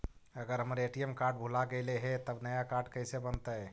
अगर हमर ATM card भुला गैलै हे तब नया काड कइसे बनतै?